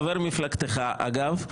חבר מפלגתך אגב,